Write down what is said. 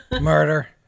Murder